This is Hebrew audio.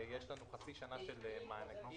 יש לנו חצי שנה של מענקים.